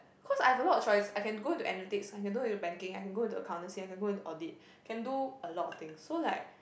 cause I have a lot choice I can go into analytics I can go into banking I can go into accountancy I can go into audit can do a lot of things so like